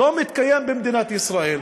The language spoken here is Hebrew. לא מתקיים במדינת ישראל,